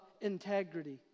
integrity